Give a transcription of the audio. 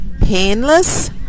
painless